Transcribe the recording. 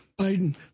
Biden